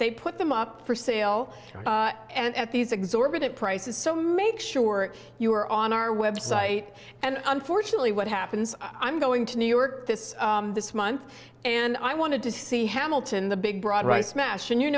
they put them up for sale and at these exorbitant prices so make sure you are on our website and unfortunately what happens i'm going to new york this this month and i want to see hamilton the big broad right smash and you